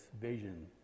vision